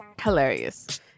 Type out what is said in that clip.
Hilarious